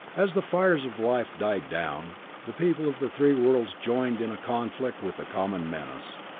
as the fires of life died down, the people of the three worlds joined in a conflict with the common menace,